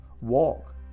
Walk